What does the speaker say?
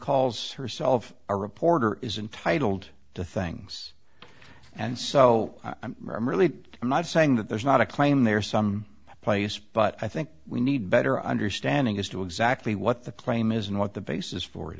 calls herself a reporter is entitled to things and so i'm really i'm not saying that there's not a claim there some place but i think we need better understanding as to exactly what the claim is and what the basis for it